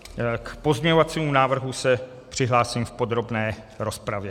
K pozměňovacímu návrhu se přihlásím v podrobné rozpravě.